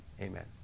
Amen